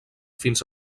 fins